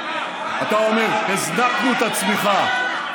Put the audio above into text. אתה אומר, הזנקנו את הצמיחה.